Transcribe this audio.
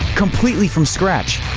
completely from scratch?